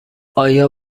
آیا